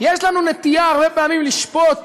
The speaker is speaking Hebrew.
יש לנו נטייה הרבה פעמים לשפוט